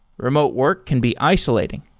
remote work can be isolating.